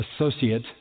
associate